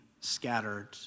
scattered